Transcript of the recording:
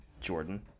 Jordan